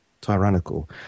tyrannical